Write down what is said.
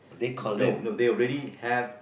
no no they already have